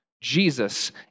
Jesus